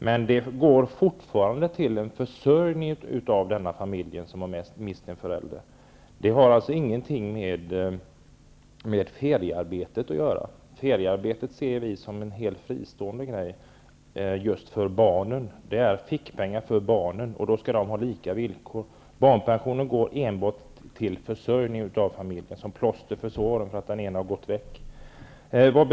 Men detta går till försörjning av den familj som mist en förälder. Det har alltså ingenting med feriearbete att göra. Feriearbetet ser vi som en helt fristående sak. Det är fickpengar för barnen, och då skall de ha lika villkor. Barnpensionen går enbart till försörjning av familjen, som plåster på såren för att den ena föräldern är borta.